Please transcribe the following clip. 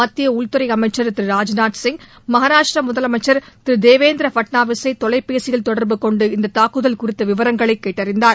மத்திய உள்துறை அமைச்சர் திரு ராஜ்நாத்சிங் மகாராஷ்டிர முதலமைச்சர் திரு தேவேந்திர பட்னாவிஸை தொலைபேசியில் தொடர்பு கொண்டு இந்த தாக்குதல் குறித்த விவரங்களை கேட்டறிந்தார்